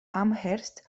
amherst